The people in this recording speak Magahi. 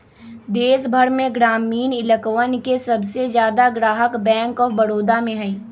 देश भर में ग्रामीण इलकवन के सबसे ज्यादा ग्राहक बैंक आफ बडौदा में हई